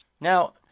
Now